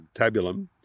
Tabulum